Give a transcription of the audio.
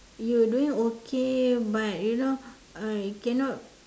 you doing okay but you know I cannot